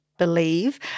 believe